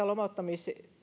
lomauttamisen